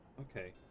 Okay